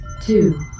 two